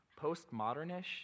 postmodernish